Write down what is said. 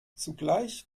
zugleich